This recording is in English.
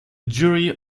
jury